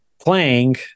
playing